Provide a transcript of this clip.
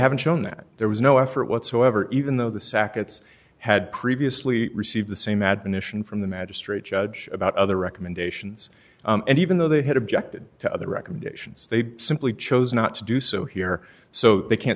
haven't shown that there was no effort whatsoever even though the sackets had previously received the same admonition from the magistrate judge about other recommendations and even though they had objected to other recommendations they simply chose not to do so here so they can't